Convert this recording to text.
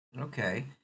Okay